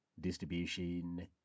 distribution